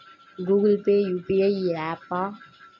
Google pay UPI య్యాపా?